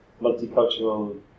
multicultural